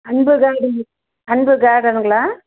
அன்பு கார்டன் அன்பு கார்டனுங்களா